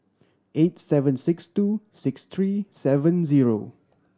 eight seven six two six three seven zero